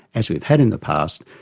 as we've had in the past,